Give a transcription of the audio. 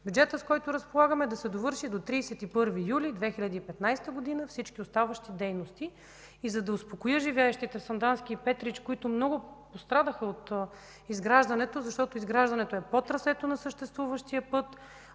бюджета, с който разполагаме, да се довършат до 31 юли 2015 г. всички оставащи дейности. За да успокоя живеещите в Сандански и Петрич, които много пострадаха от изграждането, защото то е по трасето на съществуващия път,